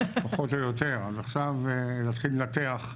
פחות או יותר, אז עכשיו נתחיל לנתח?